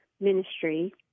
ministry